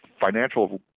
financial